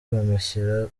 bamushyira